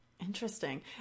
Interesting